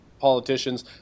politicians